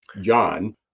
John